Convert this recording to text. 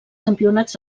campionats